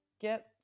get